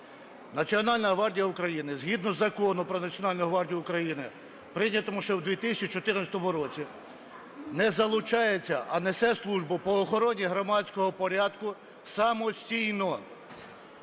Національна гвардія України згідно Закону "Про Національну гвардію України", прийнятому ще в 2014 році, не залучається, а несе службу по охороні громадського порядку самостійно